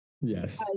Yes